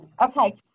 Okay